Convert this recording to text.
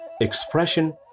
expression